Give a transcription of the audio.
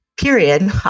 period